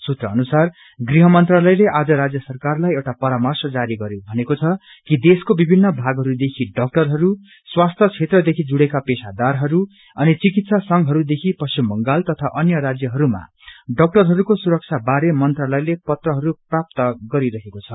सुत्र अनुसार स्वास्थ्य मंत्रालयले आज राज्य सराकारलाई एउआ परार्मश जारी गरी भनेको छ कि देशको विभिन्न भागहरूदेखि डाक्टरहरू स्वास्थ्य क्षेत्रसित जुड्डेका पेशादारहरू अनि चिकित्सा संघहरूदेखि पश्चिम बंगाल तथा अन्य राज्यहरूमा डाक्टरहरूको सुरक्षा बारे मंत्रालयले पत्र प्राप्त गरेको छ